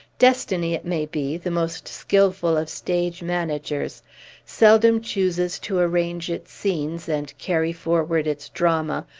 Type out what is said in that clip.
destiny, it may be the most skilful of stage managers seldom chooses to arrange its scenes, and carry forward its drama,